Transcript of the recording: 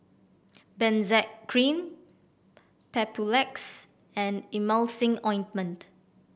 Benzac Cream Papulex and Emulsying Ointment